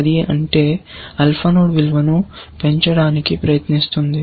అది ఉంటే alpha node విలువను పెంచడానికి ప్రయత్నిస్తుంది